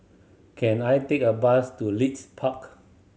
can I take a bus to Leith Park